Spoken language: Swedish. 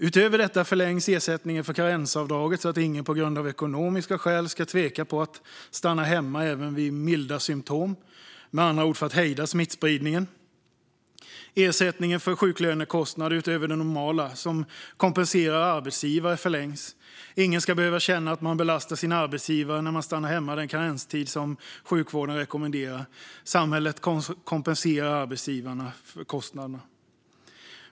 Utöver detta förlängs ersättningen för karensavdraget, så att ingen av ekonomiska skäl ska behöva tveka om att stanna hemma även vid milda symtom, med andra ord för att hejda smittspridningen. Ersättningen för sjuklönekostnader utöver det normala som kompenserar arbetsgivare förlängs. Ingen ska behöva känna att man belastar sin arbetsgivare när man stannar hemma den karenstid som sjukvården rekommenderar. Samhället kompenserar arbetsgivarna för kostnaderna.